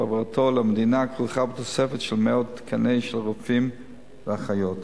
והעברתו למדינה כרוכה בתוספת מאות תקנים של רופאים ואחיות.